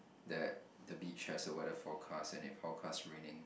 that the beach has a weather forecast and it forecast raining